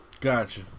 Gotcha